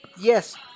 Yes